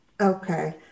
Okay